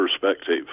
perspective